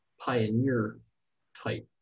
pioneer-type